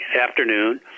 afternoon